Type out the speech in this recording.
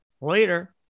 later